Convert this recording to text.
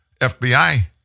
fbi